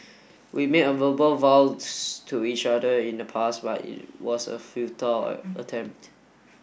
we made a verbal vows to each other in the past but it was a futile attempt